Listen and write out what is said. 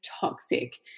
toxic